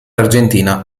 argentina